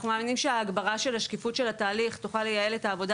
אנחנו מאמינים שהגברה של השקיפות של התהליך תוכל לייעל את העבודה